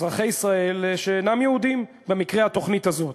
אזרחי ישראל שאינם יהודים, במקרה של התוכנית הזאת.